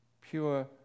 pure